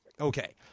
Okay